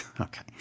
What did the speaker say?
okay